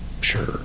Sure